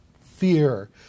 fear